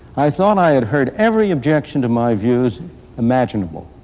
i thought i had heard every objection to my views imaginable,